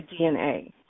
DNA